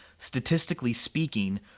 statistically speaking,